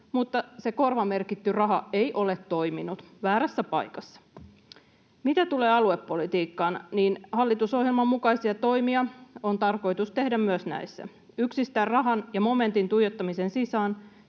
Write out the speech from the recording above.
mutta se korvamerkitty raha väärässä paikassa ei ole toiminut. Mitä tulee aluepolitiikkaan, niin hallitusohjelman mukaisia toimia on tarkoitus tehdä myös näissä. Yksistään rahan ja momentin tuijottamisen sijaan